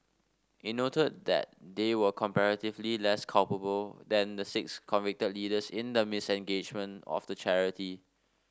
it noted that they were comparatively less culpable than the six convicted leaders in the mismanagement of the charity